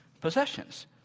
possessions